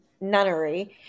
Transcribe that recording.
Nunnery